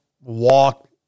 walk